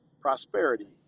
prosperity